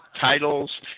titles